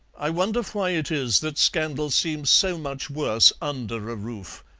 i wonder why it is that scandal seems so much worse under a roof,